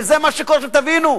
וזה מה שקורה, שתבינו.